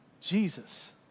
Jesus